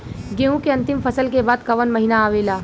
गेहूँ के अंतिम फसल के बाद कवन महीना आवेला?